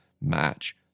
match